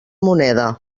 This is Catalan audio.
moneda